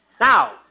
Now